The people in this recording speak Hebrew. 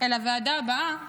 אל הוועדה הבאה